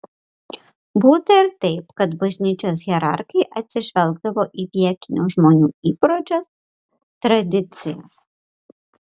būta ir taip kad bažnyčios hierarchai atsižvelgdavo į vietinių žmonių įpročius tradicijas